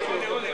בכלל?